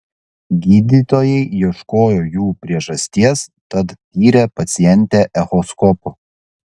gydytojai ieškojo jų priežasties tad tyrė pacientę echoskopu